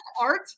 Art